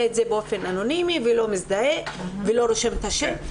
את זה באופן אנונימי ולא מזדהה ולא רושם את שמו.